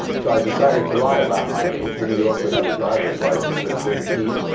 so i decided to lie about my age. in new york, we had a driver's license at sixteen.